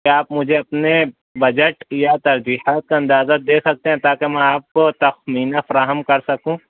کیا آپ مجھے اپنے بجٹ یا ترجیحات کا اندازہ دے سکتے ہیں تاکہ میں آپ کو تخمینہ فراہم کر سکوں